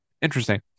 Interesting